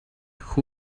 who